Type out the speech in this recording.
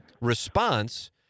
response—